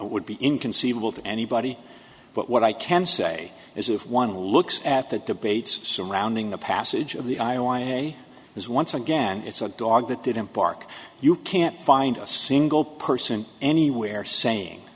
would be inconceivable to anybody but what i can say is if one looks at the debates surrounding the passage of the i o i a is once again it's a dog that didn't bark you can't find a single person anywhere saying